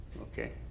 Okay